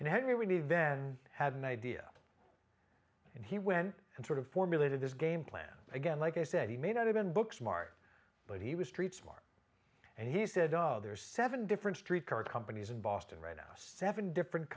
henry we need then have an idea and he went and sort of formulated his game plan again like i said he may not have been book smart but he was street smart and he said ah there are seven different street car companies in boston right now seven different